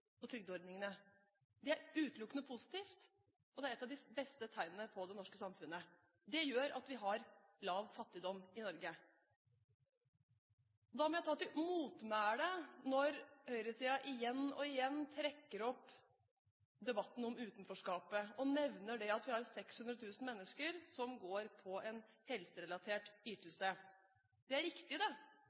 trygdeordningene. Det er utelukkende positivt, og det er ett av de beste tegnene på det norske samfunnet. Det gjør at vi har lav fattigdom i Norge. Jeg må ta til motmæle når høyresiden igjen og igjen trekker opp debatten om utenforskapet og nevner at vi har 600 000 mennesker som går på en helserelatert ytelse. Det er riktig, det,